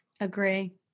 Agree